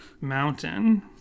mountain